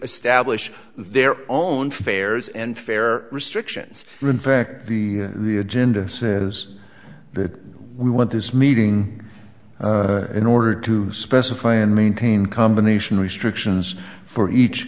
establish their own fares and fare restrictions in fact the the agenda is that we want this meeting in order to specify and maintain combination restrictions for each